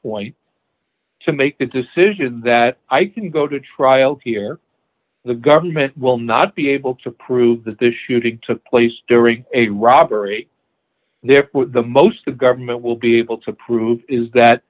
point to make the decision that i can go to trial here the government will not be able to prove that the shooting took place during a robbery therefore the most the government will be able to prove is that